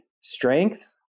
strength